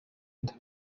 nda